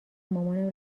مامان